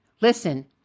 Listen